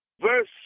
Verse